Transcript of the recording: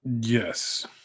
Yes